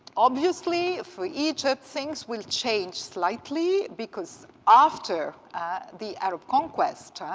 obviously, for egypt, things will change slightly, because after the arab conquest,